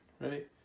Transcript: right